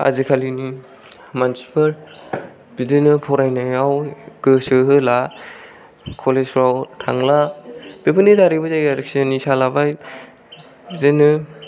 आजिखालिनि मानसिफोर बिदिनो फरायनायाव गोसो होला कलेज फ्राव थांला बेफोरनि दारैबो जायो आरोखि निसा लाबाय बिदिनो